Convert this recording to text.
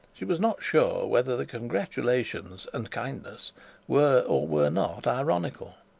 she was not sure whether the congratulations and kindness were or were not ironical.